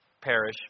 perish